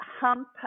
hump